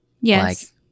Yes